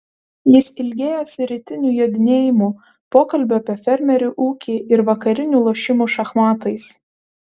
jis ilgėjosi rytinių jodinėjimų pokalbių apie fermerių ūkį ir vakarinių lošimų šachmatais